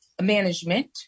management